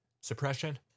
suppression